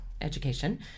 education